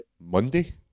Monday